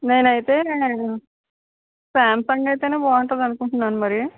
నేనైతే సామ్సాంగ్ అయితేనే బాగుంటుందని అనుకుంటున్నాను మరి